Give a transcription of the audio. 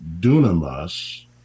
dunamis